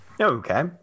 Okay